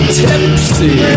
tipsy